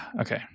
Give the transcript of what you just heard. Okay